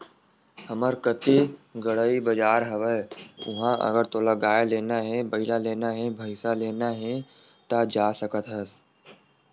हमर कती गंड़ई बजार हवय उहाँ अगर तोला गाय लेना हे, बइला लेना हे, भइसा लेना हे ता जा सकत हस